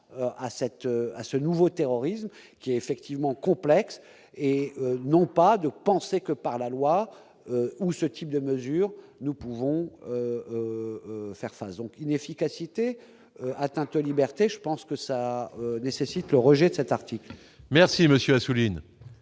à ce nouveau terrorisme qui effectivement complexe et non pas de penser que par la loi ou ce type de mesures, nous pouvons faire face donc inefficacité atteinte aux libertés, je pense que ça nécessite le rejet de cet article. Merci monsieur Assouline